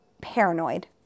paranoid